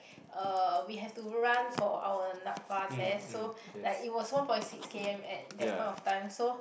uh we have to run for our NAPFA test so like it was one point six K_M at that point of time so